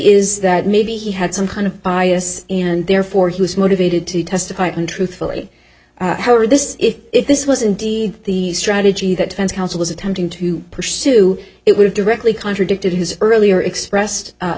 is that maybe he had some kind of bias and therefore he was motivated to testify and truthfully however this is if this was indeed the strategy that defense counsel is attempting to pursue it would directly contradicted his earlier expressed